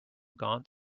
gaunt